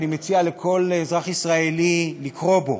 אני מציע לכל אזרח ישראלי לקרוא בו,